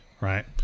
Right